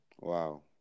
Wow